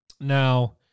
Now